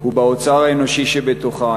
הוא באוצר האנושי שבתוכה.